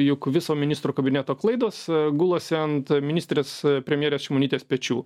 juk viso ministrų kabineto klaidos gulasi ant ministrės premjerės šimonytės pečių